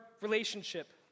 relationship